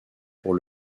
pour